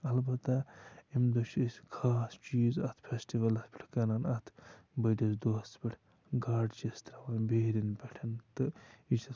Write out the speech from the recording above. اَلبَتہ اَمہِ دۄہ چھِ أسۍ خاص چیٖز اَتھ فٮ۪سٹِوَلَس پٮ۪ٹھ کَران اَتھ بٔڑِس دۄہَس پٮ۪ٹھ گاڑٕ چھِ أسۍ ترٛاوان بیرٮ۪ن پٮ۪ٹھ تہٕ یہِ چھِس بہٕ